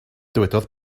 dywedodd